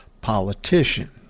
politician